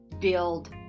build